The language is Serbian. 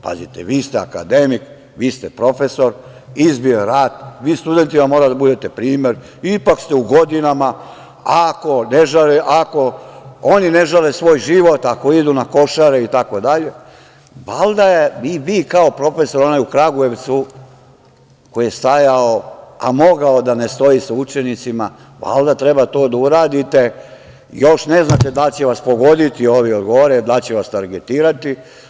Pazite, vi ste akademik, vi ste profesor, izbio je rat, vi studentima morate da budete primer, ipak ste u godinama, ako oni ne žale svoj život, ako idu na Košare itd, valjda i vi kao profesor, onaj u Kragujevcu, koji je stajao, a mogao je da ne stoji sa učenicima, valjda treba to da uradite, još ne znate da li će vas pogoditi ovi od gore, da li će vas targetirati.